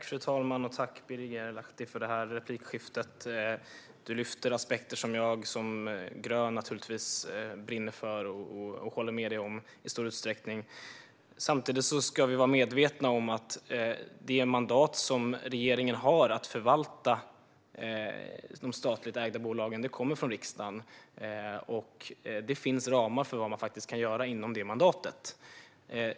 Fru talman! Jag tackar dig, Birger Lahti, för detta replikskifte. Du lyfter fram aspekter som jag som grön naturligtvis brinner för och i stor utsträckning håller med dig om. Samtidigt ska vi vara medvetna om att det mandat som regeringen har att förvalta de statligt ägda bolagen kommer från riksdagen. Det finns ramar för vad man faktiskt kan göra inom detta mandat.